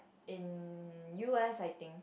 in U_S I think